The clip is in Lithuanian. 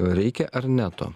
reikia ar ne to